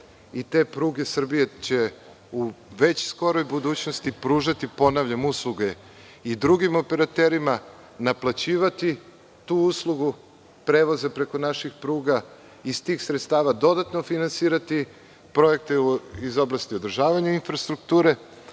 i te pruge Srbije će u skoroj budućnosti pružati, ponavljam, usluge i drugim operaterima, naplaćivati tu uslugu prevoza preko naših pruga i iz tih sredstava dodatno finansirati projekte iz oblasti održavanja infrastrukture.